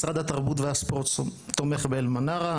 משרד התרבות והספורט תומך ב"אל מנרה".